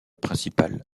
principal